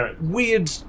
weird